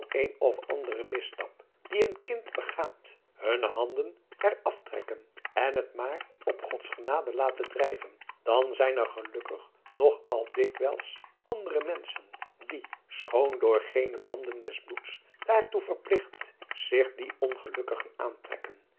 een of anderen misstap die een kind begaat hunne handen er aftrekken en het maar op gods genade laten drijven dan zijn er gelukkig nog al dikwijls andere menschen die schoon door geene banden des bloeds daartoe verpligt zich die ongelukkigen aantrekken